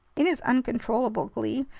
in his uncontrollable glee,